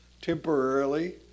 temporarily